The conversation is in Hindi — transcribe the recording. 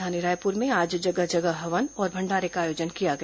राजधानी रायपुर में आज जगह जगह हवन और भण्डारे का आयोजन किया गया